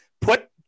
put